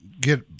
get